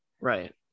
Right